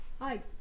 Hi